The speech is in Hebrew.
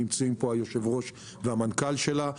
ונמצאים פה היושב-ראש והמנכ"ל שלה.